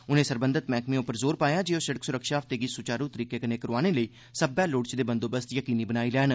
उनें सरबंघत मैह्कमें पर जोर पाया जे ओह् सिड़क सुरक्षा हफ्ते गी सुचारू तरीके कन्नै करोआने लेई सब्बै लोड़चदे बंदोबस्त यकीनी बनाई लैन